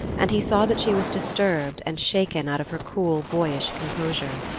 and he saw that she was disturbed, and shaken out of her cool boyish composure.